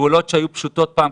פעולות שהיו פשוטות פעם,